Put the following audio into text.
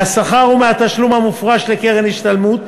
מהשכר ומהתשלום המופרש לקרן השתלמות,